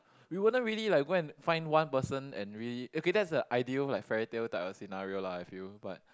we wouldn't really like go and find one person and really okay that's a ideal like fairy tale type of scenario lah I feel but